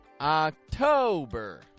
October